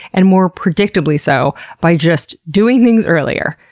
and more predictably so, by just doing things earlier,